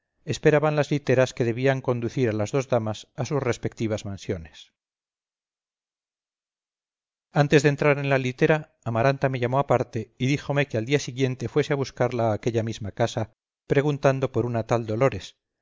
esperaban las literas que debían conducir a las dos damas a sus respectivas mansiones antes de entrar en la litera amaranta me llamó aparte y díjome que al día siguiente fuese a buscarla a aquella misma casa preguntando por una tal dolores